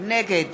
נגד